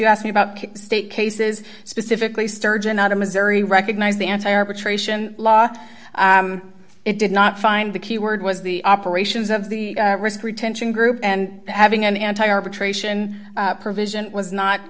you ask me about state cases specifically sturgeon out of missouri recognize the anti arbitration law it did not find the key word was the operations of the risk retention group and having an anti arbitration provision was not